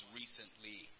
recently